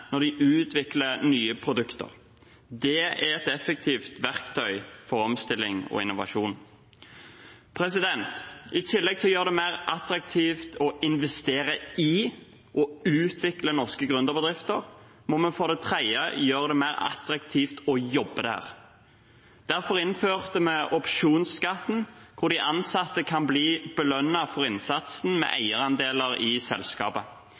når de utvikler nye produkter. Det er et effektivt verktøy for omstilling og innovasjon. I tillegg til å gjøre det mer attraktivt å investere i og utvikle norske gründerbedrifter må vi for det tredje gjøre det mer attraktivt å jobbe der. Derfor innførte vi opsjonsskatt, hvor de ansatte kan bli belønnet for innsatsen med eierandeler i